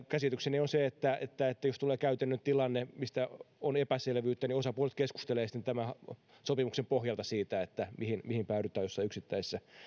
käsitykseni on se että että jos tulee käytännön tilanne mistä on epäselvyyttä osapuolet keskustelevat sitten tämän sopimuksen pohjalta siitä mihin mihin päädytään jossain yksittäisessä